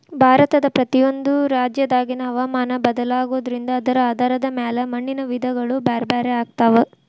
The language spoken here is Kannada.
ಭಾರತದ ಪ್ರತಿಯೊಂದು ರಾಜ್ಯದಾಗಿನ ಹವಾಮಾನ ಬದಲಾಗೋದ್ರಿಂದ ಅದರ ಆಧಾರದ ಮ್ಯಾಲೆ ಮಣ್ಣಿನ ವಿಧಗಳು ಬ್ಯಾರ್ಬ್ಯಾರೇ ಆಗ್ತಾವ